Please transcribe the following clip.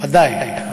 ודאי.